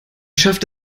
schafft